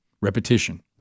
repetition